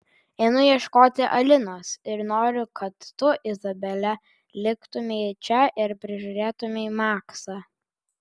einu ieškoti alinos ir noriu kad tu izabele liktumei čia ir prižiūrėtumei maksą